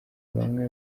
bamwe